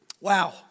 Wow